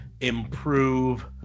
improve